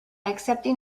accepting